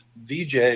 VJ